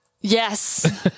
Yes